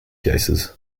cases